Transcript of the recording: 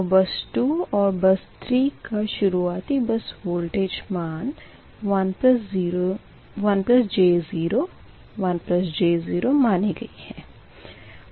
और बस 2 और बस 3 का शुरुआती बस वोल्टेज मान 1j0 1j 0 मानी गयी है